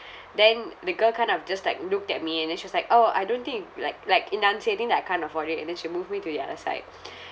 then the girl kind of just like looked at me and then she was like orh I don't think like like enunciating that I can't afford it and then she moved me to the other side